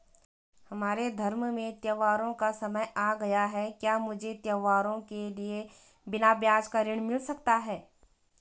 हमारे धर्म में त्योंहारो का समय आ गया है क्या मुझे त्योहारों के लिए बिना ब्याज का ऋण मिल सकता है?